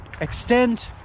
extend